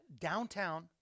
Downtown